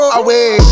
away